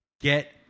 get